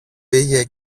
πήγε